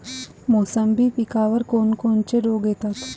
मोसंबी पिकावर कोन कोनचे रोग येतात?